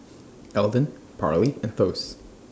Elden Parley and Thos